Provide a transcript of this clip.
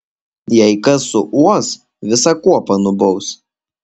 jei kas suuos visą kuopą nubaus